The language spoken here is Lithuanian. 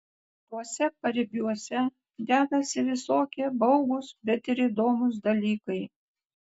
tuose paribiuose dedasi visokie baugūs bet ir įdomūs dalykai